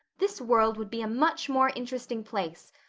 this world would be a much more interesting place.